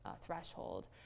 threshold